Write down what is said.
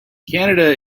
canada